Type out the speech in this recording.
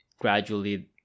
gradually